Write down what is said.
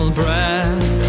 breath